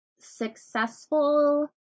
successful